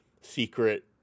secret